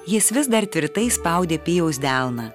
jis vis dar tvirtai spaudė pijaus delną